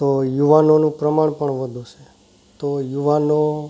તો યુવાનોનું પ્રમાણ પણ મોટું છે તો યુવાનો